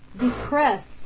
depressed